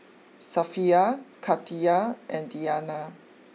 Safiya Khatijah and Diyana